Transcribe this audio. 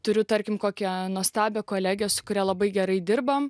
turiu tarkim kokią nuostabią kolegę su kuria labai gerai dirbam